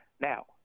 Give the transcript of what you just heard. Now